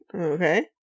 Okay